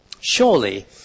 Surely